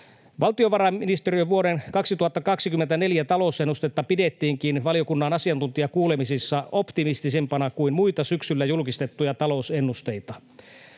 Valtiovarainministeriön vuoden 2024 talousennustetta pidettiinkin valiokunnan asiantuntijakuulemisissa optimistisempana kuin muita syksyllä julkistettuja talousennusteita.